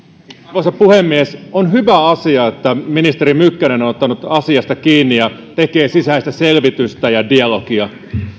arvoisa puhemies on hyvä asia että ministeri mykkänen on on ottanut asiasta kiinni ja tekee sisäistä selvitystä ja dialogia